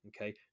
okay